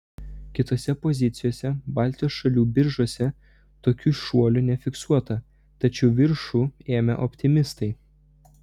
kitose pozicijose baltijos šalių biržose tokių šuolių nefiksuota tačiau viršų ėmė optimistai